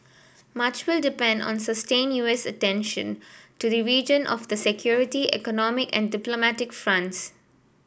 much will depend on sustained U S attention to the region of the security economic and diplomatic fronts